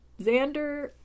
xander